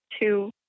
two